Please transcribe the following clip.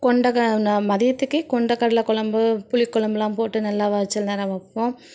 கொண்டக நான் மதியத்துக்கே கொண்டக்கடலை கொழம்பு புளிக்கொழம்புலாம் போட்டு நல்லா வ சில நேரம் வைப்போம்